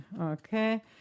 Okay